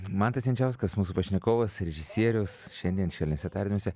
mantas jančiauskas mūsų pašnekovas režisierius šiandien šveliuose tardymuose